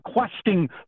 requesting